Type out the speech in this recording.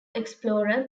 explorer